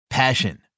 Passion